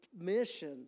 mission